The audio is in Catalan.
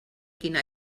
quina